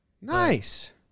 Nice